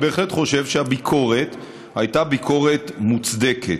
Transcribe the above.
אני בהחלט חושב שהביקורת הייתה ביקורת מוצדקת,